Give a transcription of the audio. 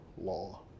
law